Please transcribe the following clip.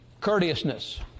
courteousness